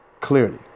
Clearly